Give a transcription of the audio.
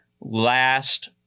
last